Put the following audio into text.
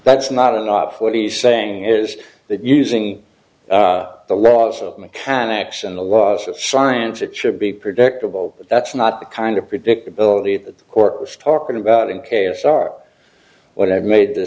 that's not enough what he's saying is that using the laws of mechanics and the laws of science it should be predictable that's not the kind of predictability the court was talking about in k s r whatever made the